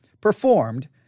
performed